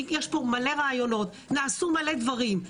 יש פה רעיונות, נעשו מלא דברים.